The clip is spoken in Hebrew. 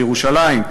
בירושלים,